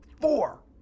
four